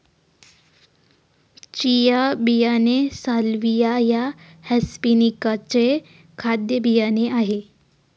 chia बियाणे Salvia या hispanica चे खाद्य बियाणे आहे